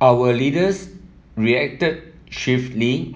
our leaders reacted swiftly